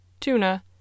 tuna